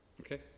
Okay